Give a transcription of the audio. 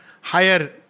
higher